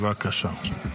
בבקשה.